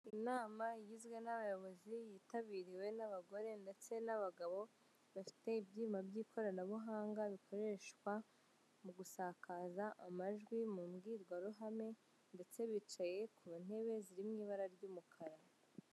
Inaba igizwe n'abayobozi yitabiriwe n'abagore ndetse n'abagabo bafite ibyuma by'ikoranabuhanga bikoreshwa mu gusaka amajwi mu imbwirwaruhame ndetse bicaye ku ntebe ziri mu ibara ry'umukara.